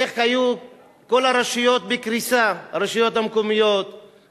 איך היו כל הרשויות המקומיות בקריסה, ואיך